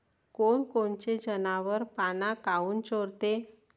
कोनकोनचे जनावरं पाना काऊन चोरते?